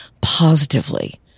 positively